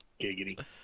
Giggity